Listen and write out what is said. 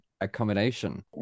accommodation